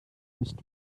nicht